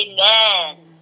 Amen